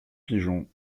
pigeons